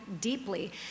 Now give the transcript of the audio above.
deeply